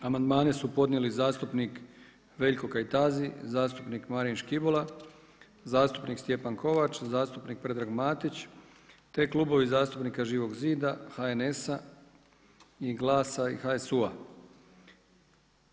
Amandmani su podnijeli zastupnik Veljko Kajtazi, zastupnik Marin Škibola, zastupnik Stjepan Kovač, zastupnik Predrag Matić te Klubovi zastupnika Živog zida, HNS-a i GLAS-a i HSU-a.